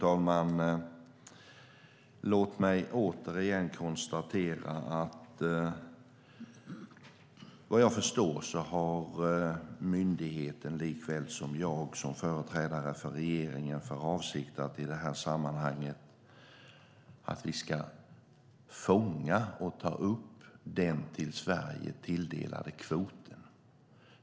Fru talman! Låt mig återigen konstatera att vad jag förstår har myndigheten likväl som jag som företrädare för regeringen för avsikt att i det här sammanhanget fånga och ta upp den till Sverige tilldelade kvoten.